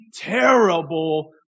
terrible